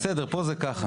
בסדר, פה זה ככה.